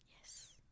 Yes